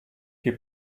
che